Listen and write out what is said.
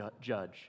judge